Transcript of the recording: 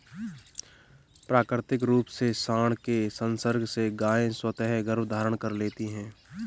प्राकृतिक रूप से साँड के संसर्ग से गायें स्वतः गर्भधारण कर लेती हैं